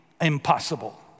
impossible